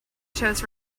shows